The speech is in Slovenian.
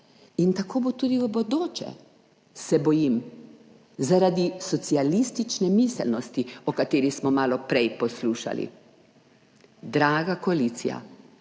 In tako bo tudi v bodoče, se bojim, zaradi socialistične miselnosti, o kateri smo malo prej poslušali. Draga koalicija!